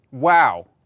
Wow